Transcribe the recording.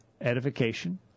Edification